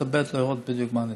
נתלבט לראות בדיוק מה ניתן.